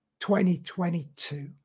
2022